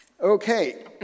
Okay